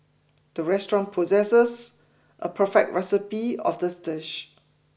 the restaurant possesses a perfect recipe of this dish